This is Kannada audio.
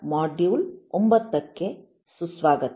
ಮಾಡ್ಯೂಲ್ 09 ಕ್ಕೆ ಸುಸ್ವಾಗತ